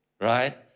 right